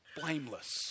blameless